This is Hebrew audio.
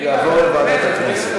יעבור לוועדת הכנסת.